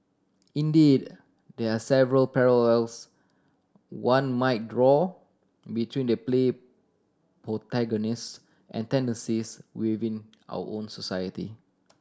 indeed there are several parallels one might draw between the play protagonist and tendencies within our own society